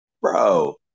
Bro